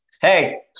Hey